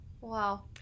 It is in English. Wow